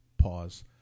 Pause